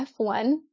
F1